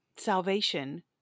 salvation